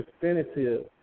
definitive